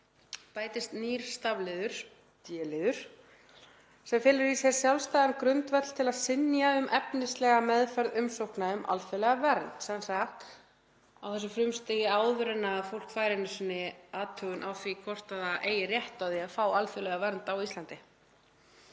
bætist nýr stafliður, d-liður, sem felur í sér sjálfstæðan grundvöll til að synja um efnislega meðferð umsókna um alþjóðlega vernd.“ — sem sagt á þessu frumstigi áður en fólk fær einu sinni athugun á því hvort það eigi rétt á að fá alþjóðlega vernd á Íslandi